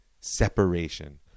Separation